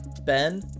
Ben